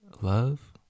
love